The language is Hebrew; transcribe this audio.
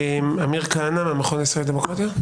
עמיר כהנא מהמכון הישראלי לדמוקרטיה.